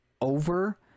over